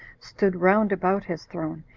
stood round about his throne,